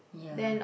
yeah